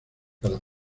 cada